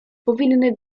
powinny